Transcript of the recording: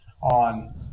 on